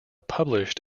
published